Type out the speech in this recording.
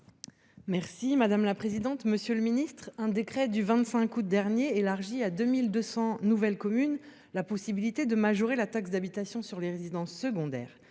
et numérique. Monsieur le ministre, un décret du 25 août dernier élargit à 2 200 nouvelles communes la possibilité de majorer la taxe d’habitation sur les résidences secondaires